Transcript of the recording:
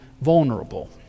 vulnerable